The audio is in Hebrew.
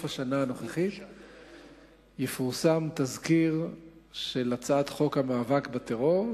השנה הנוכחית יפורסם תזכיר של הצעת חוק המאבק בטרור,